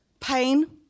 Pain